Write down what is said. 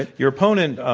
ah your opponent,